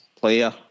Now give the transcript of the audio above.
player